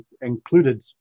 included